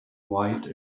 white